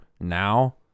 now